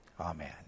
Amen